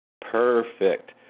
Perfect